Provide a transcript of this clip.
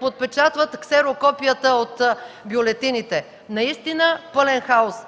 подпечатват ксерокопията от бюлетините. Наистина пълен хаос!